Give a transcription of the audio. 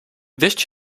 wist